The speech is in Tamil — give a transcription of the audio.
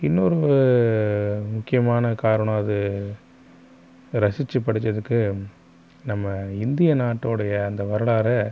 இன்னொரு முக்கியமான காரணம் அது ரசித்து படிச்சதுக்கு நம்ம இந்திய நாட்டோடைய அந்த வரலாறை